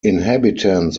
inhabitants